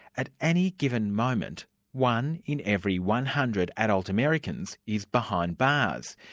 at any given moment one in every one hundred adult americans is behind bars.